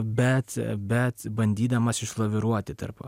bet bet bandydamas išlaviruoti tarp